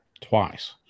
twice